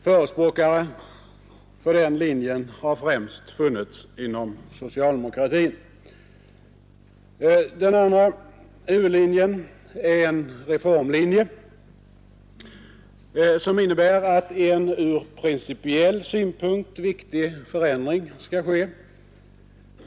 Förespråkare för den linjen har främst funnits inom socialdemokratin. Den andra huvudlinjen är reformlinjen, som innebär att en ur principiell synpunkt viktig förändring skall ske.